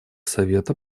совета